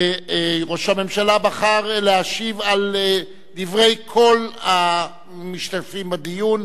ראש הממשלה בחר להשיב על דברי כל המשתתפים בדיון.